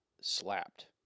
slapped